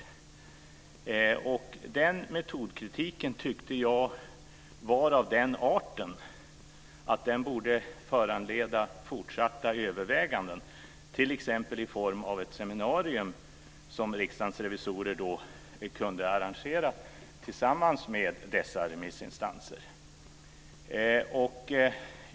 Jag tyckte att metodkritiken var av den arten att den borde föranleda fortsatta överväganden, t.ex. i form av ett seminarium som Riksdagens revisorer då kunde arrangera tillsammans med dessa remissinstanser.